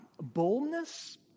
boldness